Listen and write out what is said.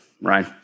right